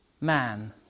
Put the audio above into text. man